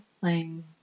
playing